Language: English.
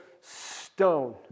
stone